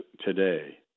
today